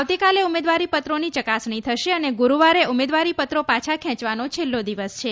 આવતીકાલે ઉમેદવારી પત્રોની ચકાસણી થશે અને ગુરૂવારે ઉમેદવારીપત્રો પાછા ખેંચવાનો છેલ્લો દિવસ છે